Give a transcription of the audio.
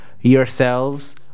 Yourselves